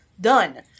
Done